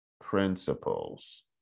principles